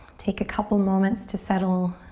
take a couple moments to settle.